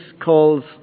calls